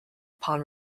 upon